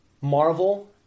Marvel